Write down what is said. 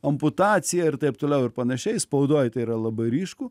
amputacija ir taip toliau ir panašiai spaudoj tai yra labai ryšku